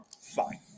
fine